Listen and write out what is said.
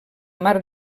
mar